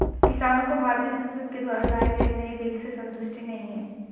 किसानों को भारतीय संसद के द्वारा लाए गए नए बिल से संतुष्टि नहीं है